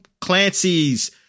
Clancy's